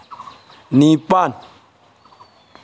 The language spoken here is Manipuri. ꯅꯤꯄꯥꯜ